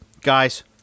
guys